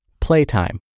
Playtime